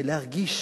ולהרגיש